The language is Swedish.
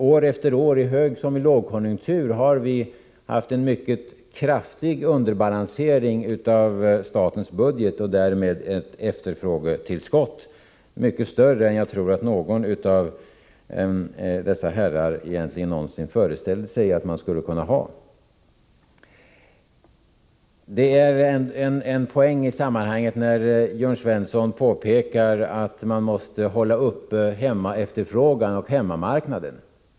År efter år, i högsom i lågkonjunktur, har vi haft en mycket kraftig underbalansering av statens budget, och därmed ett mycket större efterfrågetillskott än vad jag tror att någon av dessa herrar egentligen någonsin föreställde sig att man skulle kunna ha. En poäng i sammanhanget är att Jörn Svensson påpekar att man måste hålla hemmaefterfrågan och hemmamarknad uppe.